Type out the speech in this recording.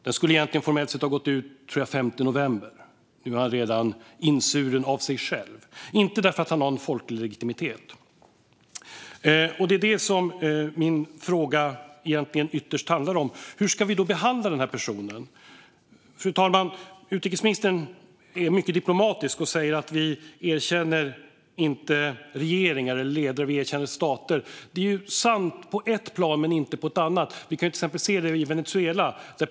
Den skulle formellt sett egentligen ha gått ut den 5 november, tror jag, men nu är han redan insvuren av sig själv - inte för att han har en folklig legitimitet. Det är det här som min fråga egentligen ytterst handlar om. Hur ska vi behandla den här personen? Fru talman! Utrikesministern är mycket diplomatisk och säger att vi inte erkänner regeringar eller ledare utan att vi erkänner stater. Det är sant på ett plan men inte på ett annat. Vi kan till exempel se det när det gäller Venezuela.